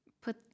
put